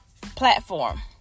platform